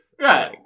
right